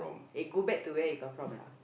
eh go back to where you come from lah